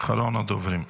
אחרון הדוברים,